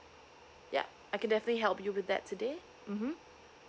yeah I can definitely help you with that today mmhmm